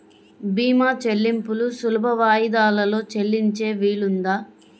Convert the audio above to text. భీమా చెల్లింపులు సులభ వాయిదాలలో చెల్లించే వీలుందా?